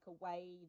away